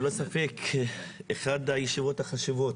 ללא ספק אחת הישיבות החשובות.